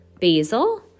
basil